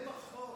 הם החוק,